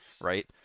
right